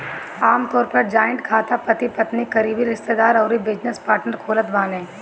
आमतौर पअ जॉइंट खाता पति पत्नी, करीबी रिश्तेदार अउरी बिजनेस पार्टनर खोलत बाने